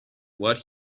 what